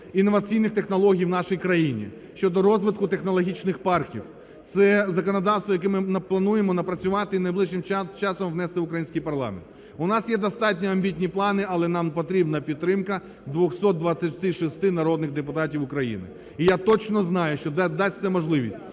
інноваційних технологій в нашій країні, щодо розвитку технологічних парків. Це – законодавство, яке ми плануємо напрацювати і найближчим часом внести в український парламент. У нас є достатньо амбітні плани, але нам потрібна підтримка 226 народних депутатів України. І я точно знаю, що дасться можливість